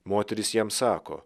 moterys jam sako